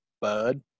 bud